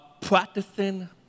practicing